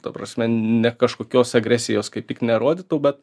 ta prasme ne kažkokios agresijos kaip tik nerodytų bet